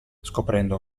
scoprendo